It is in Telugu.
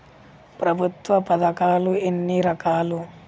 ప్రభుత్వ పథకాలు ఎన్ని రకాలు?